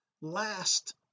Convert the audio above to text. last